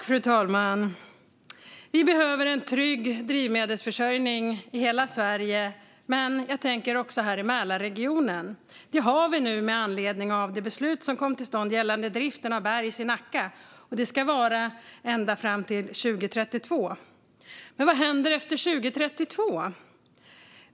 Fru talman! Vi behöver en trygg drivmedelsförsörjning i hela Sverige men inte minst här i Mälarregionen. Det har vi nu med anledning av det beslut som kom till stånd gällande driften av Bergs i Nacka, som ska vara ända fram till 2032. Men vad händer efter 2032?